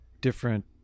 different